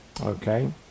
Okay